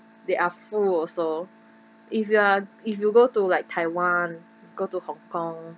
there are full also if you are if you go to like taiwan go to hong kong